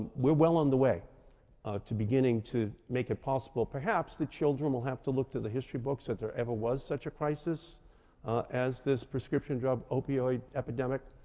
we're well on the way ah to beginning to make it possible. perhaps the children will have to look to the history books that there ever was such a crisis as this prescription drug opioid epidemic.